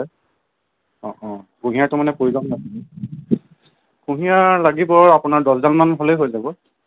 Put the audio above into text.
হয় অঁ অঁ কুঁহিয়ৰাটো মানে কুঁহিয়াৰ লাগিব আপোনাৰ দছ ডালমান হ'লেই হৈ যাব